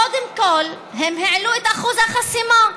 קודם כול, הם העלו את אחוז החסימה.